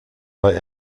bei